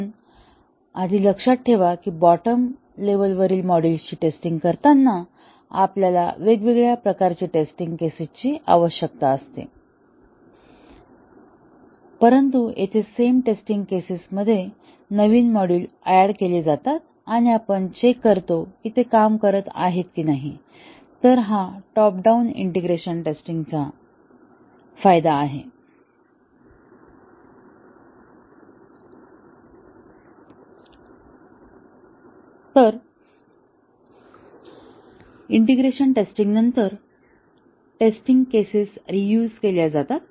म्हणून आधी लक्षात ठेवा की बॉटम लेव्हल वरील मॉड्यूल्सची टेस्टिंग करताना आपल्याला वेगवेगळ्या प्रकारच्या टेस्टिंग केसेस ची आवश्यकता असते परंतु येथे सेम टेस्टिंग केसेस मध्ये नवीन मॉड्यूल ऍड केले जातात आणि आपण चेक करतो की ते काम करत आहे की नाही तर हा टॉप डाउन इंटिग्रेशन टेस्टिंगचा फायदा आहे तर इंटिग्रेशन नंतर टेस्टिंग केसेस रीयुझ केल्या जातात